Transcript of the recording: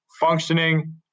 functioning